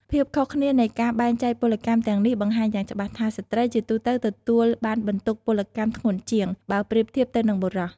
ភាពខុសគ្នានៃការបែងចែកពលកម្មទាំងនេះ បង្ហាញយ៉ាងច្បាស់ថា ស្ត្រីជាទូទៅទទួលបានបន្ទុកពលកម្មធ្ងន់ជាង បើប្រៀបធៀបទៅនឹងបុរស។